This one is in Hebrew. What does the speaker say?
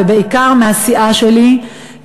ובעיקר מהסיעה שלי,